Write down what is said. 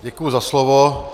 Děkuji za slovo.